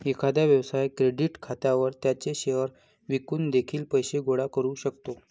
एखादा व्यवसाय क्रेडिट खात्यावर त्याचे शेअर्स विकून देखील पैसे गोळा करू शकतो